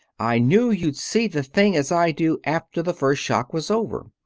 i knew you'd see the thing as i do after the first shock was over.